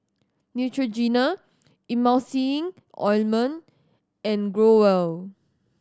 Neutrogena Emulsying Ointment and Growell